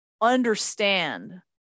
understand